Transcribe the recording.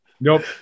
nope